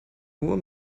nur